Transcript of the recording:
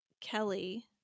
Kelly